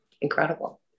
incredible